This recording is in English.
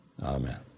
amen